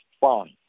fine